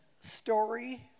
Story